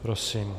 Prosím.